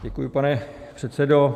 Děkuji, pane předsedo.